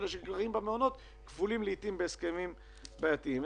אלה שגרים במעונות כבולים לפעמים בהסכמים בעייתיים.